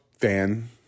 fan